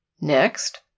Next